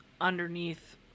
underneath